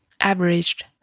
averaged